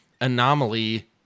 anomaly